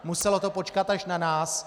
Muselo to počkat až na nás.